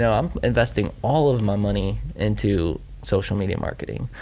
so i'm investing all of my money into social media marketing.